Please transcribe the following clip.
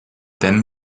then